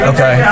Okay